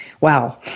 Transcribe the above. wow